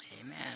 Amen